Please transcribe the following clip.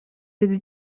деди